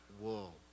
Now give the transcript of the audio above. wool